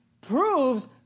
proves